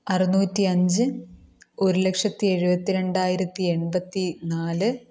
അറുനൂറ്റി അഞ്ച് ഒരു ലക്ഷത്തി എഴുപത്തി രണ്ടായിരത്തി എൺപത്തി നാല്